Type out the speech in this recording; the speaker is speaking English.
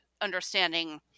understanding